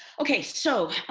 okay, so